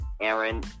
Aaron